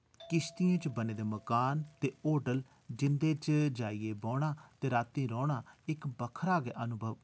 किश्तियें च बने दे मकान ते होटल जिं'दे च जाइयै बौह्ना ते रातीं रौह्ना इक बक्खरा गै अनुभव